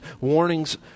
warnings